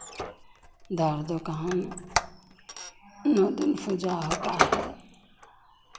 दर दुकान नौ दिन पूजा होता है